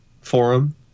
forum